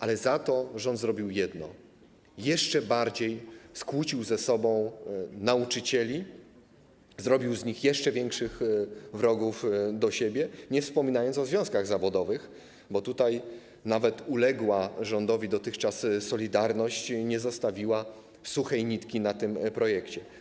Ale za to rząd zrobił jedno - jeszcze bardziej skłócił ze sobą nauczycieli, zrobił z nich jeszcze większych wrogów wobec siebie, nie wspominając o związkach zawodowych, bo nawet dotychczas uległa wobec rządu ˝Solidarność˝ nie zostawiła suchej nitki na tym projekcie.